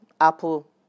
apple